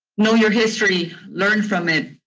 know your history, learn from it,